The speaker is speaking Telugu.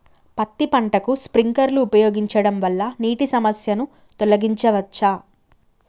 పత్తి పంటకు స్ప్రింక్లర్లు ఉపయోగించడం వల్ల నీటి సమస్యను తొలగించవచ్చా?